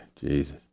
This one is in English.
Jesus